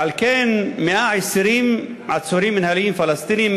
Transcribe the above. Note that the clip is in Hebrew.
ועל כן 120 עצורים מינהליים פלסטינים,